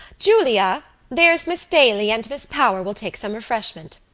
julia, there's miss daly and miss power will take some refreshment.